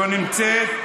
לא נמצאת.